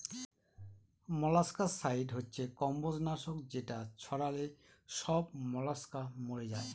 molluscicide হচ্ছে কম্বজ নাশক যেটা ছড়ালে সব মলাস্কা মরে যায়